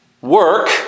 work